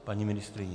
Paní ministryně?